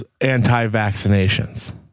anti-vaccinations